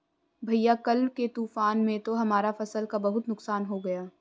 भैया कल के तूफान में तो हमारा फसल का बहुत नुकसान हो गया